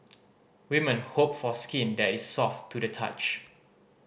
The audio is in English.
women hope for skin that is soft to the touch